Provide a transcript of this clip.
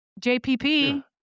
JPP